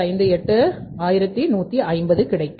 9581150 கிடைக்கும்